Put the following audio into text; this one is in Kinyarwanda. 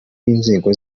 b’inzego